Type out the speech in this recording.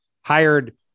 hired